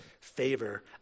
favor